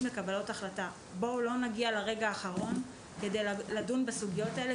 לקבלת החלטה בואו לא נגיע לרגע האחרון כדי לדון בסוגיות האלה,